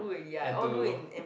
and to